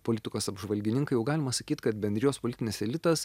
politikos apžvalgininkai jau galima sakyt kad bendrijos politinis elitas